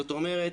זאת אומרת,